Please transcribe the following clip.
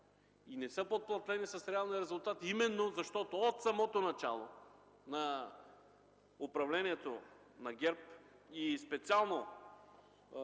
Не са подплатени с реални резултати, защото от самото начало на управлението на ГЕРБ и специално